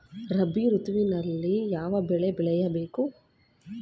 ರಾಬಿ ಋತುವಿನಲ್ಲಿ ಯಾವ ಬೆಳೆ ಬೆಳೆಯ ಬೇಕು?